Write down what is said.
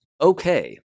Okay